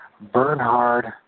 Bernhard